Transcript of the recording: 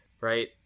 right